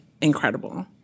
incredible